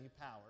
power